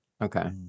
Okay